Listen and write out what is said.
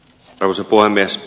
arvoisa puhemies